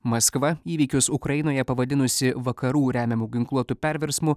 maskva įvykius ukrainoje pavadinusi vakarų remiamų ginkluotų perversmu